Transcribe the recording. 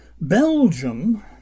Belgium